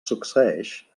succeeix